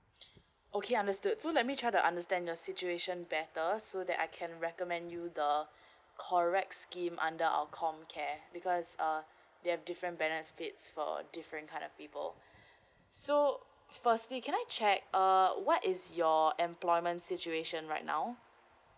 okay understood so let me try to understand your situation better so that I can recommend you the correct scheme under our comcare because uh they have different benefits for a different kind of people so firstly can I check uh what is your employment situation right now